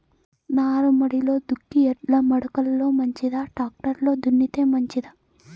నారుమడిలో దుక్కి ఎడ్ల మడక లో మంచిదా, టాక్టర్ లో దున్నితే మంచిదా?